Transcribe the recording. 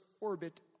orbit